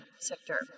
sector